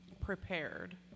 prepared